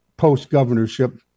post-governorship